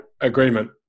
Agreement